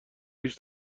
ریش